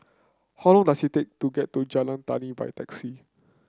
how long does it take to get to Jalan Tani by taxi